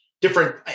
different